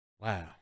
Wow